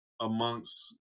amongst